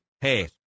hey